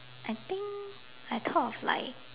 I think I thought of like